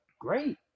Great